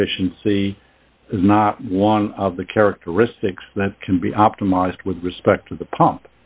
efficiency is not one of the characteristics that can be optimized with respect to the pump